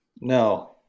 No